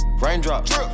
raindrops